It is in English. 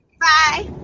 Bye